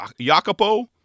Jacopo